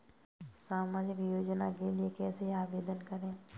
सामाजिक योजना के लिए कैसे आवेदन करें?